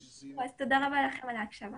תודה רבה לכם על ההקשבה.